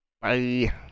Bye